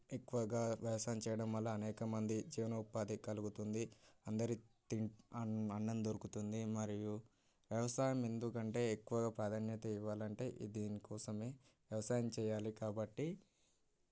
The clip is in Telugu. ఎక్కువగా వ్యవసాయం చేయడం వల్ల అనేకమంది జీవనోపాధి కలుగుతుంది అందరి తిం అన్నం దొరుకుతుంది మరియు వ్యవసాయం ఎందుకంటే ఎక్కువ ప్రాధాన్యత ఇవ్వాలంటే దీనికోసం వ్యవసాయం చేయాలి కాబట్టి